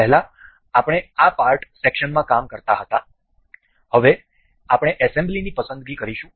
પહેલાં આપણે આ પાર્ટ સેક્સન માં કામ કરતા હવે આપણે એસેમ્બલીની પસંદગી કરીશું